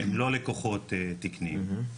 הם לא לקוחות תקניים.